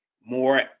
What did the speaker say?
more